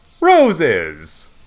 Roses